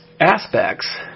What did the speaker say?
aspects